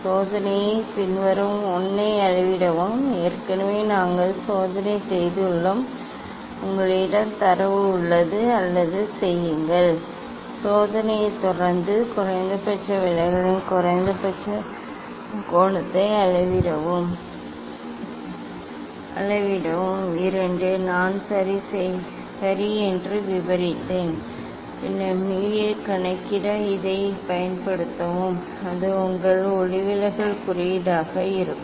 சோதனையை பின்வரும் 1 ஐ அளவிடவும் ஏற்கனவே நாங்கள் சோதனை செய்துள்ளோம் உங்களிடம் தரவு உள்ளது அல்லது செய்யுங்கள் சோதனையைத் தொடர்ந்து குறைந்தபட்ச விலகலின் குறைந்தபட்ச கோணத்தை அளவிடவும் 2 நான் சரி என்று விவரித்தேன் பின்னர் mu ஐக் கணக்கிட இதைப் பயன்படுத்தவும் அது உங்கள் ஒளிவிலகல் குறியீடாக இருக்கும்